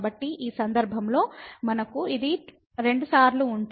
కాబట్టి ఈ సందర్భంలో మనకు ఇది 2 సార్లు ఉంటుంది